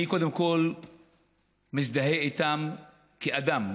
אני קודם כול מזדהה איתם כאדם,